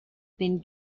been